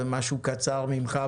ומשהו קצר ממך,